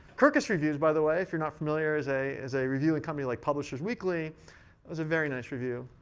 kirkus reviews, by the way, if you're not familiar, is a is a reviewing company like publisher's weekly. it was a very nice review.